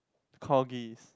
corgis